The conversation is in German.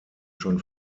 schon